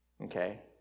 okay